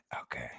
Okay